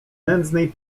nędznej